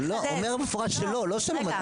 הוא אומר במפורש שלא, לא שלא מתנים את זה.